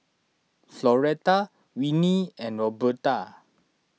Floretta Winnie and Roberta